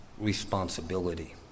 responsibility